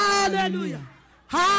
Hallelujah